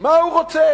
מה הוא רוצה.